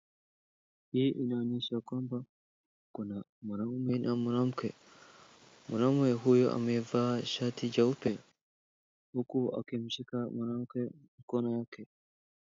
Hii inaonyesha ya kwamba kuna mwanaume na mwanamke. Mwanaume huyu amevaa shati jeupe huku akimshika mwanamke mkono wake